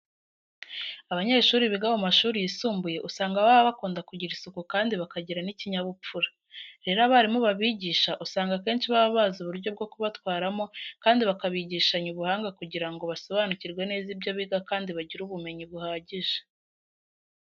Abanyeshuri biga mu mashuri yisumbuye usanga baba bakunda kugira isuku kandi bakagira n'ikinyabupfura. Rero abarimu babigisha usanga akenshi baba bazi uburyo bwo kubatwaramo kandi bakabigishanya ubuhanga kugira ngo basobanukirwe neza ibyo biga kandi bagire ubumenyi buhagije.